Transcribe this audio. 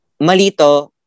malito